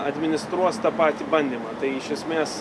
administruos tą patį bandymą tai iš esmės